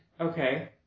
Okay